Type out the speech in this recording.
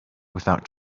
without